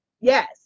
yes